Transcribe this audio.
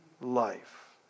life